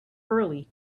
early